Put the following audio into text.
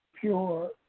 pure